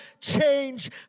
change